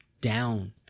down